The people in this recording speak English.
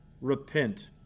repent